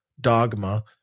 dogma